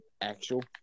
Actual